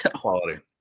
Quality